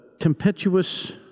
tempestuous